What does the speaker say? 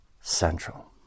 central